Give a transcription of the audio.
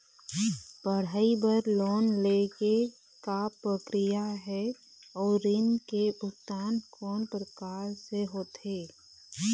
पढ़ई बर लोन ले के का प्रक्रिया हे, अउ ऋण के भुगतान कोन प्रकार से होथे?